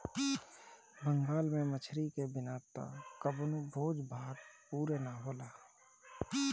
बंगाल में मछरी के बिना त कवनो भोज भात पुरे ना होला